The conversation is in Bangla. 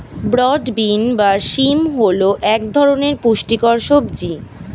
ব্রড বিন বা শিম হল এক ধরনের পুষ্টিকর সবজি